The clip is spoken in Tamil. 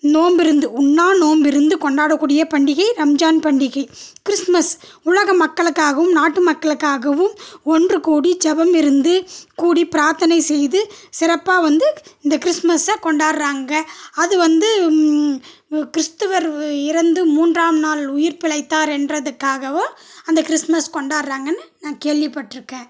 நோம்பு இருந்து உண்ணா நோம்பிருந்து கொண்டாடக்கூடிய பண்டிகை ரம்ஜான் பண்டிகை கிறிஸ்மஸ் உலக மக்களுக்காகவும் நாட்டு மக்களுக்காகவும் ஒன்றுக் கூடி ஜெபமிருந்து கூடி பிராத்தனை செய்து சிறப்பாக வந்து இந்த கிறிஸ்மஸ்ஸ கொண்டாடுகிறாங்க அது வந்து கிறிஸ்துவர் இறந்து மூன்றாம் நாள் உயிர் பிழைத்தார் என்றதுக்காகவும் அந்த கிறிஸ்மஸ் கொண்டாடுறாங்கனு நான் கேள்விப்பட்டுருக்கேன்